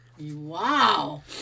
Wow